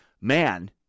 man